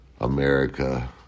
America